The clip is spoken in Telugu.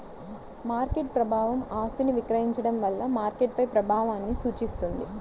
మార్కెట్ ప్రభావం ఆస్తిని విక్రయించడం వల్ల మార్కెట్పై ప్రభావాన్ని సూచిస్తుంది